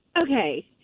okay